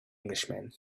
englishman